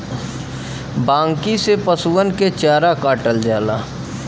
बांकी से पसुअन के चारा काटल जाला